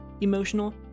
emotional